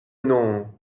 non